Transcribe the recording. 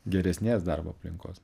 geresnės darbo aplinkos